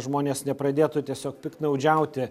žmonės nepradėtų tiesiog piktnaudžiauti